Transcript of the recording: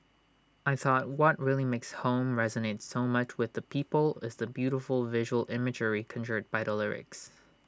I thought what really makes home resonate so much with the people is the beautiful visual imagery conjured by the lyrics